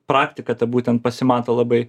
praktika ta būtent pasimato labai